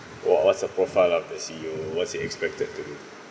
what what's a profile of the C_E_O what is the expected to